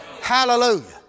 hallelujah